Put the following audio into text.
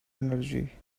energy